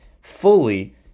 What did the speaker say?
fully